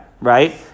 right